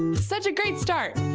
such a great start,